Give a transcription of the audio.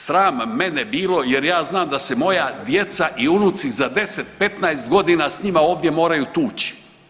Sram mene bilo jer ja znam da se moja djeca i unuci za 10-15.g. s njima ovdje moraju tući.